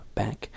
back